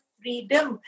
freedom